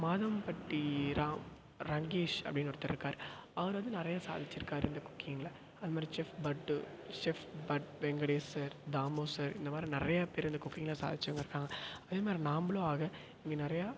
மாதம்பட்டி ராம் ரங்கீஷ் அப்படின்னு ஒருத்தரு இருக்கார் அவர் வந்து நிறையா சாதிச்சிருக்கார் இந்த குக்கிங்கில் அது மாதிரி chef Bhat chef Bhat Venkatesh sir Damu sir இந்த மாதிரி நிறையா பேர் இந்த குக்கிங்கில் சாதிச்சவங்க இருக்காங்க அதுமாரி நம்பளும் ஆக இங்கே நிறையா